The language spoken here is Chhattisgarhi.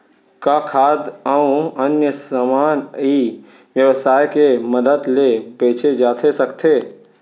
का खाद्य अऊ अन्य समान ई व्यवसाय के मदद ले बेचे जाथे सकथे?